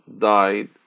died